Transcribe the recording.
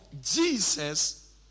Jesus